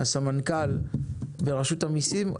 הסמנכ"ל מרשות המיסים,